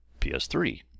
PS3